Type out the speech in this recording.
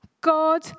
God